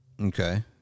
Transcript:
Okay